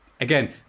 again